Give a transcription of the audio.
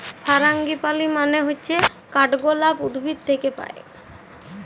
ফারাঙ্গিপালি মানে হচ্যে কাঠগলাপ উদ্ভিদ থাক্যে পায়